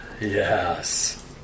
Yes